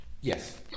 Yes